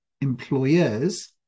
employers